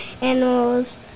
animals